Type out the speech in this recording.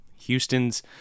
Houston's